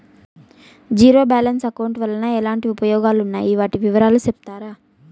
Zero balance account వలన ఎట్లాంటి ఉపయోగాలు ఉన్నాయి? వాటి వివరాలు సెప్తారా?